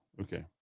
Okay